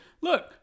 look